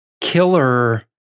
killer